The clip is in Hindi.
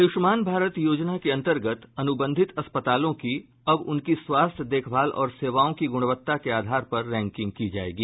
आयुष्मान भारत योजना के अंतर्गत अनुबंधित अस्पतालों की अब उनकी स्वास्थ्य देखभाल और सेवाओं की गुणवत्ता के आधार पर रैंकिंग की जायेगी